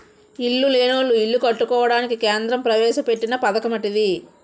ఇల్లు లేనోళ్లు ఇల్లు కట్టుకోవడానికి కేంద్ర ప్రవేశపెట్టిన పధకమటిది